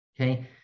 okay